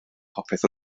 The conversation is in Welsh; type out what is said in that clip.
popeth